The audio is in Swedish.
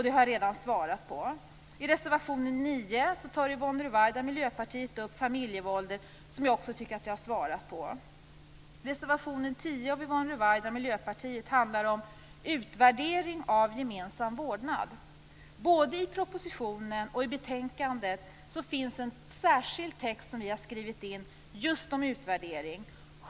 Det har jag redan svarat på. I reservation 9 tar Yvonne Ruwaida från Miljöpartiet upp familjevåldet som jag tror att jag redan svarat på. Reservation 10 av Yvonne Ruwaida handlar om utvärdering vid gemensam vårdnad. Både i propositionen och i betänkandet finns en särskild text just om utvärdering.